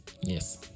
Yes